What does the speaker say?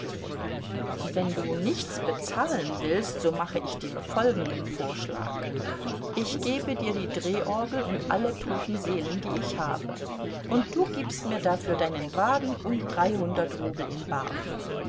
wenn du nichts bezahlen willst so mache ich dir folgenden vorschlag ich gebe dir die drehorgel und alle toten seelen die ich habe und du gibst mir dafür deinen wagen und dreihundert rubel in bar